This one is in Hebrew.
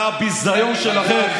זה הביזיון שלכם.